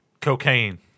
Cocaine